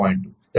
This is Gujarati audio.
2 1